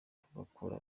tugakura